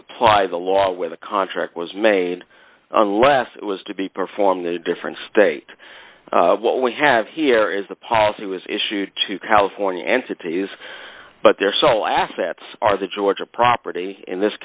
apply the law where the contract was made unless it was to be performed a different state what we have here is the policy was issued to california entities but their sole assets are the georgia property in this